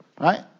Right